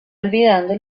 olvidando